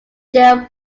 jill